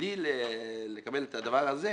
בלי לקבל את זה,